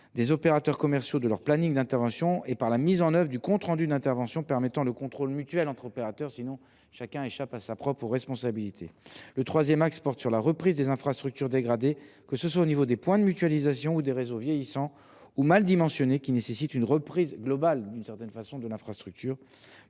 les opérateurs commerciaux de leurs plannings d’intervention et grâce à la réalisation de comptes rendus d’intervention permettant le contrôle mutuel entre opérateurs, pour éviter que chacun échappe à sa propre responsabilité. Le troisième axe concerne la reprise des infrastructures dégradées, que ce soit au niveau des points de mutualisation ou des réseaux vieillissants ou mal dimensionnés qui nécessitent une reprise globale de l’infrastructure.